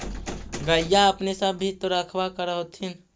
गईया अपने सब भी तो रखबा कर होत्थिन?